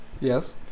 Yes